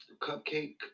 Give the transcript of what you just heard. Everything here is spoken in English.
Cupcake